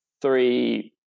Three